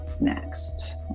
next